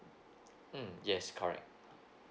mm yes correct